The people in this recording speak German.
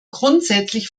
grundsätzlich